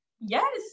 yes